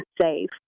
safe